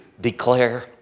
declare